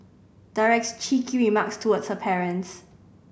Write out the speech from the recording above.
directs cheeky remarks towards her parents